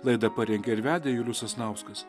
laidą parengė ir vedė julius sasnauskas